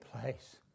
place